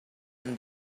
and